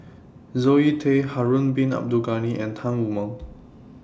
Zoe Tay Harun Bin Abdul Ghani and Tan Wu Meng